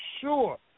sure